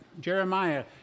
Jeremiah